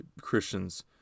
Christians